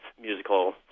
musical